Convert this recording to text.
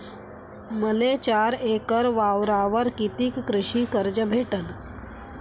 मले चार एकर वावरावर कितीक कृषी कर्ज भेटन?